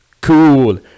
Cool